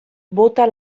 bota